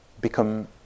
become